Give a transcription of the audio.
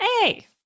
Hey